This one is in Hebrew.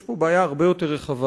יש פה בעיה הרבה יותר רחבה